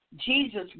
Jesus